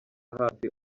hafi